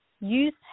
youth